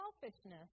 selfishness